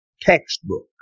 textbook